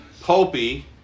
pulpy